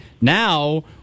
Now